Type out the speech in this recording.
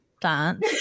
dance